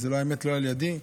זה לא על ידי.